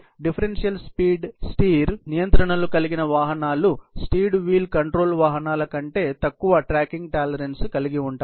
differential speed steered నియంత్రణలు కలిగిన వాహనాలు స్టీర్డ్ వీల్ కంట్రోల్ వాహనాల కంటే తక్కువ ట్రాకింగ్ టాలరెన్స్ కలిగి ఉంటాయి